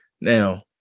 now